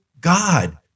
God